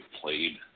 played